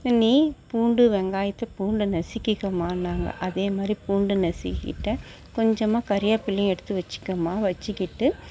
நீ பூண்டு வெங்காயத்தை பூண்டை நசிக்கிக்கமான்னாங்க அதேமாதிரி பூண்டை நசிக்கிக்கிட்டேன் கொஞ்சமாக கருவேப்பில்லையை எடுத்து வச்சுக்கமா வச்சுக்கிட்டு